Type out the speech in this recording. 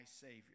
Savior